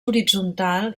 horitzontal